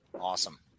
Awesome